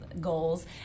goals